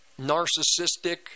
narcissistic